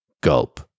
gulp